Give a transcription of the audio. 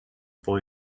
boy